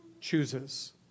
chooses